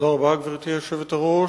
גברתי היושבת-ראש,